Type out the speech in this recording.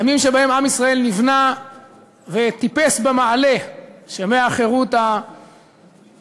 ימים שבהם עם ישראל נבנה וטיפס במעלה שמהחירות הפיזית,